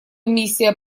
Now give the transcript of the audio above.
миссия